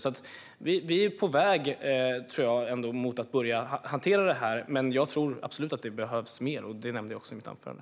Jag tror att vi ändå är på väg mot att börja hantera detta, men jag tror absolut att det behövs mer, vilket jag också nämnde i mitt anförande.